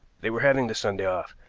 they were having the sunday off.